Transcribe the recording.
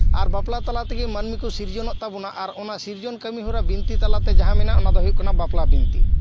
ᱟᱨ ᱵᱟᱯᱞᱟ ᱛᱟᱞᱟ ᱛᱮᱜᱮ ᱢᱟᱹᱱᱢᱤ ᱠᱚ ᱥᱤᱨᱡᱚᱱᱚᱜ ᱛᱟᱵᱚᱱᱟ ᱟᱨ ᱚᱱᱟ ᱥᱤᱨᱡᱚᱱ ᱠᱟᱹᱢᱤ ᱦᱚᱨᱟ ᱵᱤᱱᱛᱤ ᱛᱟᱞᱟᱛᱮ ᱡᱟᱦᱟᱸ ᱢᱮᱱᱟᱜ ᱚᱱᱟ ᱫᱚ ᱦᱩᱭᱩᱜ ᱠᱟᱱᱟ ᱵᱟᱯᱞᱟ ᱵᱤᱱᱛᱤ